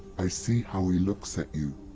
i see how he looks at you.